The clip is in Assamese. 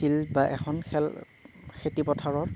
ফিল্ড বা এখন খেল খেতি পথাৰত